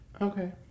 okay